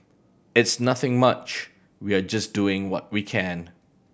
it's nothing much we are just doing what we can